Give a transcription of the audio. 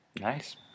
Nice